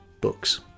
books